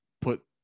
put